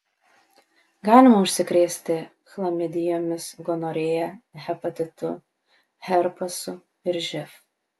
galima užsikrėsti chlamidijomis gonorėja hepatitu herpesu ir živ